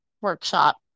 workshop